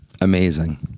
Amazing